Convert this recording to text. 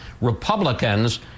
Republicans